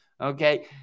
okay